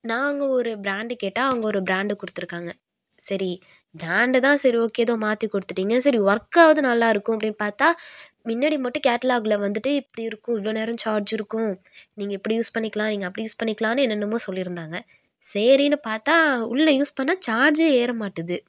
நாங்கள் ஒரு பிராண்டு கேட்டால் அவங்க ஒரு பிராண்டை கொடுத்துருக்காங்க சரி பிராண்டு தான் சரி ஓகே ஏதோ மாற்றி கொடுத்திட்டிங்க சரி ஒர்க்காகுது நல்லாயிருக்கும் அப்படின் பார்த்தா முன்னாடி மட்டும் கேட்லாகில் வந்துட்டு இப்படி இருக்கும் இவ்வளோ நேரம் சார்ஜ் இருக்கும் நீங்கள் இப்படி யூஸ் பண்ணிக்கலாம் நீங்கள் அப்படி யூஸ் பண்ணிக்கலான்னு என்னென்னமோ சொல்லியிருந்தாங்க சரின்னு பார்த்தா உள்ளே யூஸ் பண்ணிணா சார்ஜே ஏற மாட்டேது